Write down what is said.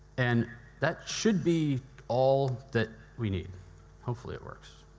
and that should be all that we need hopefully, it works.